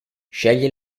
scegli